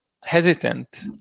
hesitant